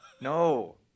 no